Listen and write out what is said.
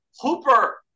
hooper